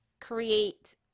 create